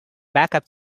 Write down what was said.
backup